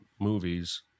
movies